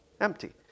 empty